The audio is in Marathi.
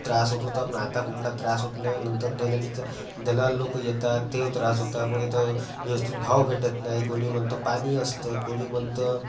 त्रास होत होता पण आता कुठला त्रास होत नाही नंतर दलालीचा दलाल लोकं येतात तो त्रास होता मग येतं व्यवस्थित भाव भेटत नाही कोणी म्हणतं पाणी असतं कोणी म्हणतं